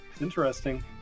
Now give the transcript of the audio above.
interesting